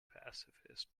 pacifist